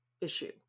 issue